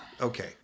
Okay